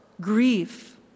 grief